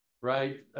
right